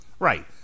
Right